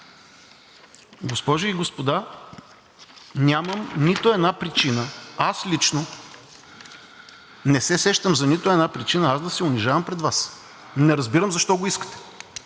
Госпожи и господа, нямам нито една причина, аз лично не се сещам за нито една причина да се унижавам пред Вас. Не разбирам защо го искате,